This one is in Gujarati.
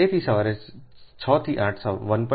તેથી સવારે 6 થી 8 સવારે 1